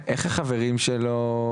איך החברים שלו,